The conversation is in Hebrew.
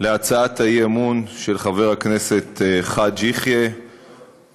על הצעת האי-אמון של חבר הכנסת חאג' יחיא בנושא,